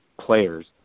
players